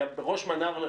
וראש מנה"ר,